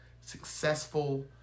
successful